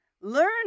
Learn